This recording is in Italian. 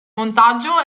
montaggio